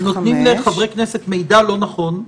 נותנים לחברי כנסת מידע לא נכון,